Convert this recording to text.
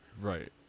Right